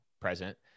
present